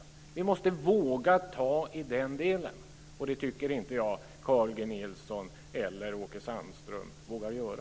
Vi måste våga ta i den delen. Det tycker inte jag att Carl G Nilsson eller Åke Sandström vågar göra.